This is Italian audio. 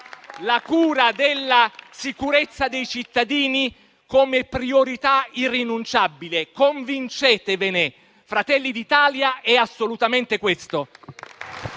la cura della sicurezza dei cittadini come priorità irrinunciabile. Convincetevene: Fratelli d'Italia è assolutamente questo.